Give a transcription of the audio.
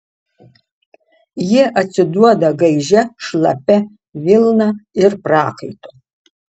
ji atsiduoda gaižia šlapia vilna ir prakaitu